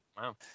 Wow